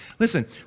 Listen